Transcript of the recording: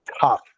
tough